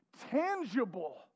tangible